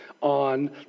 on